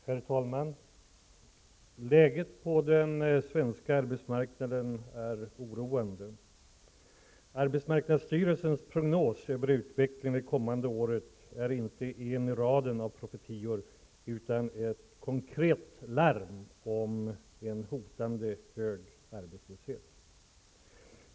Herr talman! Läget på den svenska arbetsmarknaden är oroande. Arbetsmarknadsstyrelsens prognos över utvecklingen det kommande året är inte en i raden av profetior, utan ett konkret larm om hotande hög arbetslöshet.